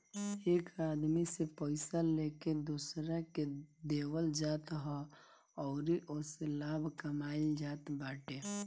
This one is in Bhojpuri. एक आदमी से पइया लेके दोसरा के देवल जात ह अउरी ओसे लाभ कमाइल जात बाटे